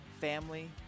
family